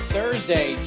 Thursday